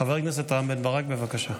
חבר הכנסת רם בן ברק, בבקשה.